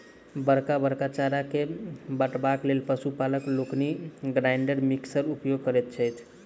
बड़का बड़का चारा के काटबाक लेल पशु पालक लोकनि ग्राइंडर मिक्सरक उपयोग करैत छथि